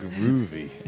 Groovy